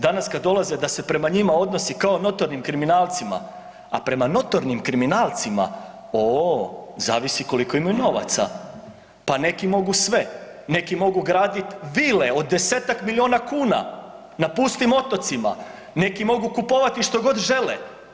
Danas kad dolaze da se prema njima odnosi kao notornim kriminalcima, a prema notornim kriminalcima o zavisi koliko imaju novaca, pa neki mogu sve, neki mogu gradit vile od 10-tak miliona kuna na pustim otocima, neki mogu kupovati što god žele.